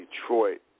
Detroit